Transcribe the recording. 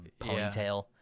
ponytail